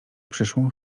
przyszłą